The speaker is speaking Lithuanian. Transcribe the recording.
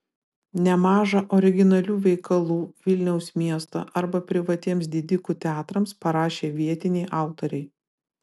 nemaža originalių veikalų vilniaus miesto arba privatiems didikų teatrams parašė vietiniai autoriai